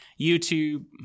youtube